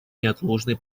неотложной